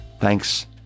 Thanks